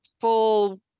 full